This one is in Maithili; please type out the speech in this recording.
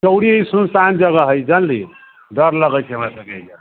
चौरी सुनसान जगह हइ जानलीयै डर लगैत छै हमरासभके यहाँ